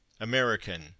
American